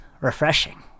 refreshing